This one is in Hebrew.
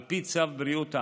על פי צו בריאות העם,